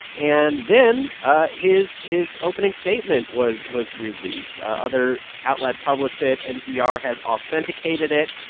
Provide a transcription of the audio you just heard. and then ah his his opening statement was was released. other outlets published it. npr has authenticated it.